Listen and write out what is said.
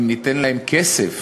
שאם ניתן להם כסף